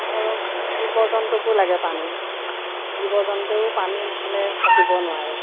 ধৰক জীৱ জন্তুকো লাগে পানী জীৱ জন্তুও পানী নহ'লে থাকিব নোৱাৰে